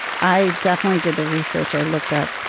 i definitely did the research i looked at.